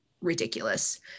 ridiculous